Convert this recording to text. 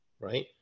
right